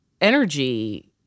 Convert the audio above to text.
energy